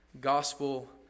gospel